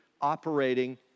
operating